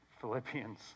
Philippians